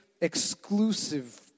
exclusive